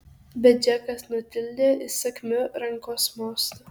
bet džekas nutildė įsakmiu rankos mostu